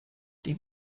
die